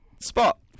Spot